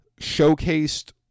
showcased